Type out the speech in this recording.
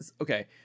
okay